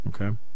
Okay